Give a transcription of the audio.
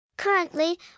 Currently